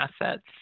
assets